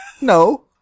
No